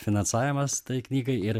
finansavimas tai knygai ir